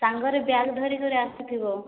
ସାଙ୍ଗରେ ବ୍ୟାଗ ଧରି କରି ଆସିଥିବ